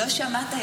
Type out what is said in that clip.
לא שמעת?